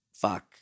fuck